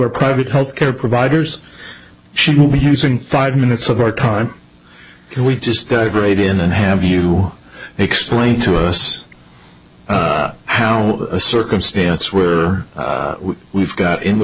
are private health care providers she will be using five minutes of our time we just got a great in and have you explain to us how a circumstance where we've got in the